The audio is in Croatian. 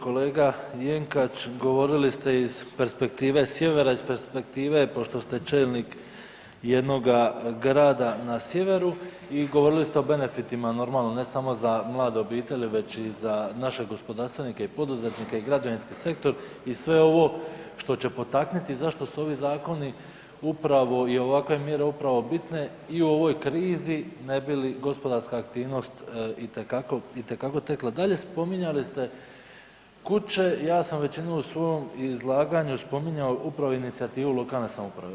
Kolega Jenkač, govorili ste iz perspektive sjevera, iz perspektive pošto se čelnik jednoga grada na sjeveru i govorili ste o benefitima, normalno ne samo za mlade obitelji već i za naše gospodarstvenike i poduzetnike i građevinski sektor i sve ovo što će potaknuti zašto su ovi zakoni upravo i ovakve mjere upravo bitne i u ovoj krizi ne bili gospodarska aktivnost itekako tekla dalje, spominjali ste kuće, ja sam već jednom u svom izlaganju spominjao upravo inicijativu lokalne samouprave.